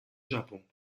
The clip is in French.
japon